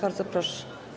Bardzo proszę.